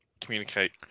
Communicate